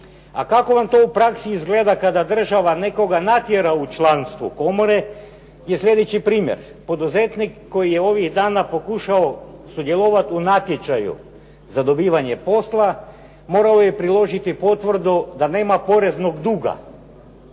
A kako vam to u praksi izgleda kada država nekoga natjera u članstvo komore je slijedeći primjer. Poduzetnik koji je ovih dana pokušao sudjelovati u natječaju za dobivanje posla morao je priložiti potvrdu da nema poreznog duga.